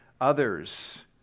others